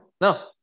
no